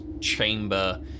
chamber